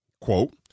quote